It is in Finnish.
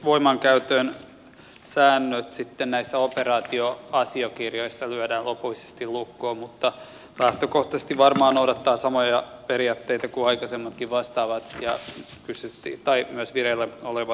voimankäytön säännöt sitten näissä operaatioasiakirjoissa lyödään lopullisesti lukkoon mutta lähtökohtaisesti varmaan noudatetaan samoja periaatteita kuin aikaisemmissakin vastaavissa ja vireillä olevissa operaatioissa